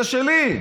זה שלי.